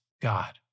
God